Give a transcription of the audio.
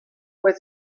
with